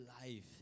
life